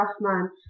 Rahman